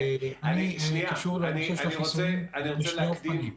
אני קשור לנושא של החיסונים בשני אופנים.